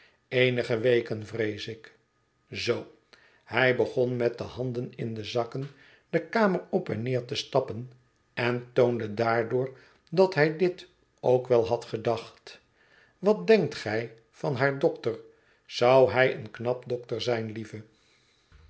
eenige weken vrees ik zoo hij begon met de handen in de zakken de kamer op en neer te stappen en toonde daardoor dat hij dit ook wel had gedacht wat enkt gij van haar dokter zou hij een knap dokter zijn lieve